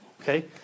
Okay